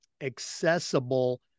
accessible